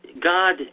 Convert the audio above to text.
God